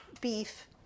beef